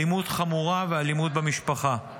אלימות חמורה ואלימות במשפחה.